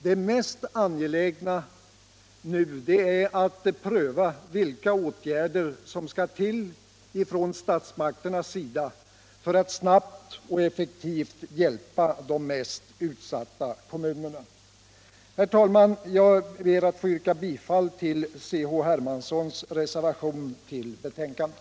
Det mest angelägna nu är att pröva vilka åtgärder som skall vidtas från statsmakternas sida för att man snabbt och effektivt skall kunna hjälpa de mest utsatta kommunerna. Herr talman! Jag ber att få yrka bifall ull herr Hermanssons reservation vid betänkandet.